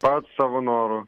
pats savo noru